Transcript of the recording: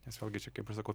nes vėl gi čia kaip ir sakau